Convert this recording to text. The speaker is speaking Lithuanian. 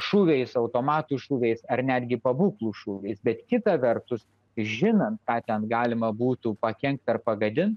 šūviais automatų šūviais ar netgi pabūklų šūviais bet kita vertus žinant ką ten galima būtų pakenkt ar pagadint